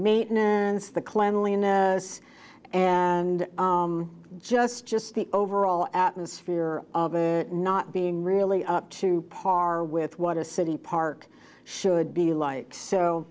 maintenance the cleanliness and just just the overall atmosphere of it not being really up to par with what a city park should be like so